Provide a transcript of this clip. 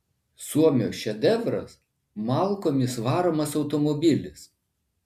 suomio šedevras malkomis varomas automobilis